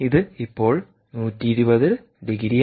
ഇത് ഇപ്പോൾ 120 ഡിഗ്രിയാണ്